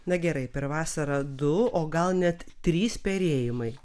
na gerai per vasarą du o gal net trys perėjimai